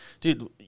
dude